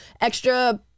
extra